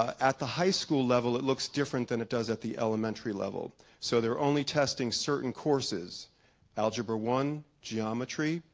at the high school level it looks different than it does at the elementary level so they're only testing certain courses algebra one, geometry,